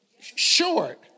short